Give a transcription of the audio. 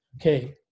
Okay